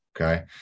okay